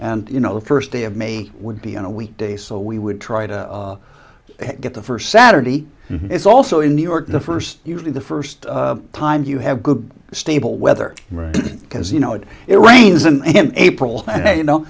and you know the first day of may would be on a weekday so we would try to get the first saturday it's also in new york the first usually the first time you have good stable weather because you know it it rains an april and you know